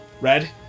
Red